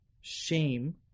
Shame